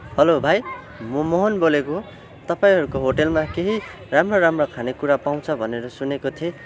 hello भाइ म मोहन बोलेको तपाईँहरूको होटेलमा केही राम्रा राम्रा खानेकुरा पाउँछ भनेर सुनेको थिएँ